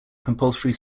compulsory